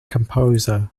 composer